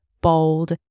bold